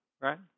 Right